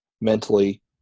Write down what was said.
mentally